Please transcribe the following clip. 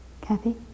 Kathy